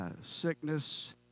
sickness